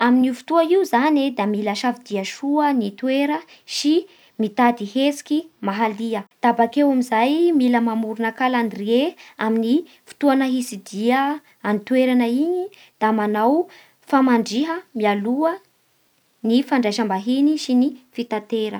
Amin'io fotoa io zany da mila safidia soa ny toera sy mitady hetsiky mahalia, da bakeo amin'izay mila maorona calendrier amin'ny fotoa hitsidiha an'ny toeranana iny, da manao famandriha aloha ny fandraisam-bahiny sy ny fitatera.